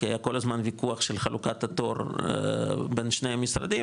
כי היה כל הזמן וויכוח של חלוקת התור בין שני המשרדים